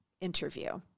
interview